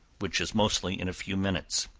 which is mostly in a few minutes.